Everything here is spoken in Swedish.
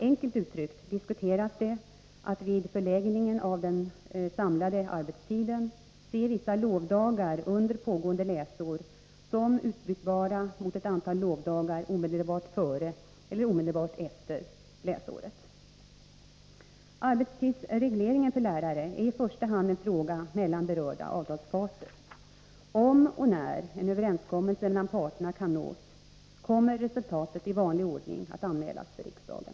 Enkelt uttryckt diskuteras det att vid förläggning av den samlade arbetstiden se vissa lovdagar under pågående läsår som utbytbara mot ett antal lovdagar omedelbart före resp. omedelbart efter läsåret. Arbetstidsregleringen för lärare är i första hand en fråga mellan berörda avtalsparter. Om och när en överenskommelse mellan parterna nås kommer resultatet i vanlig ordning att anmälas för riksdagen.